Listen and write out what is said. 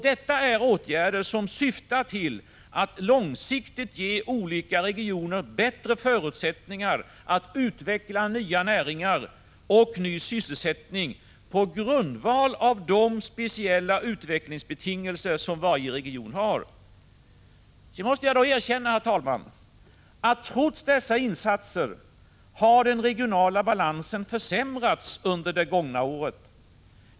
Det är åtgärder som syftar till att långsiktigt ge olika regioner bättre förutsättningar att utveckla nya näringar och ny sysselsättning på grundval av de speciella utvecklingsbetingelser som varje region har. Sedan måste jag erkänna, herr talman, att den regionala balansen trots dessa insatser försämrats under det gångna året.